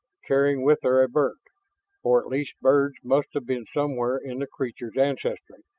carrying with her a bird or at least birds must have been somewhere in the creature's ancestry,